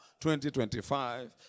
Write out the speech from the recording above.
2025